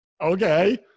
okay